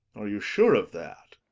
are you sure of that?